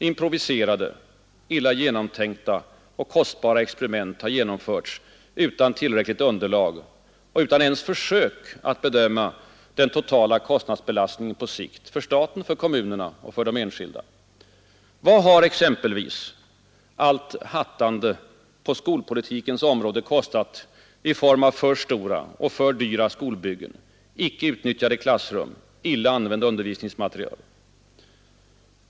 Improviserade, illa genomtänkta och kostbara experiment har genomförts utan tillräckligt underlag och utan ens försök att bedöma den totala kostnadsbelastningen på sikt — för staten, för kommunerna och för de enskilda. Vad har exempelvis allt hattande på skolpolitikens område kostat i form av för stora och för dyra skolbyggen, icke utnyttjade klassrum och illa använd undervisningsmateriel?